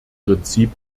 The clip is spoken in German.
prinzip